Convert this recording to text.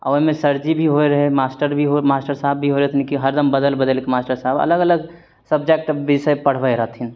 आओर ओइमे सरजी भी होइ रहय मास्टर भी होइ मास्टर साहब भी होइ रहथिन कि हरदम बदलि बदलि कऽ मास्टर साहब अलग अलग सब्जेक्ट विषय पढ़बय रहथिन